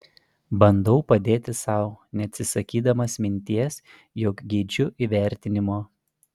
bandau padėti sau neatsisakydamas minties jog geidžiu įvertinimo